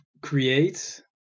create